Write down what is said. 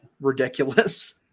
ridiculous